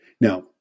Now